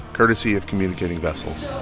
courtesy of communicating vessels